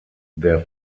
der